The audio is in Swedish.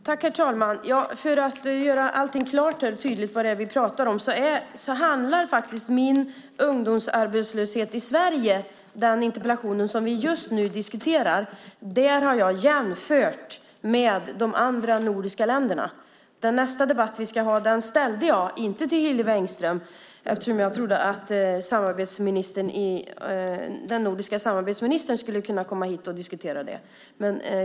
Herr talman! För att göra det klart och tydligt vad vi pratar om har jag faktiskt i min interpellation Ungdomsarbetslösheten i Sverige , som vi just nu diskuterar, jämfört med de andra nordiska länderna. Nästa interpellation som vi ska debattera ställde jag inte till Hillevi Engström, eftersom jag trodde att den nordiska samarbetsministern skulle kunna komma hit och diskutera den.